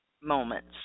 moments